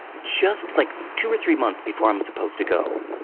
just like two or three months before i'm supposed to go,